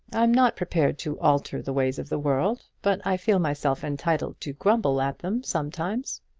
i'm not prepared to alter the ways of the world, but i feel myself entitled to grumble at them sometimes.